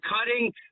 cutting